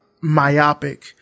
myopic